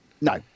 No